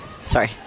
Sorry